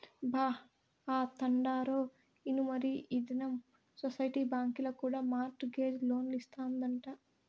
బా, ఆ తండోరా ఇనుమరీ ఈ దినం సొసైటీ బాంకీల కూడా మార్ట్ గేజ్ లోన్లిస్తాదంట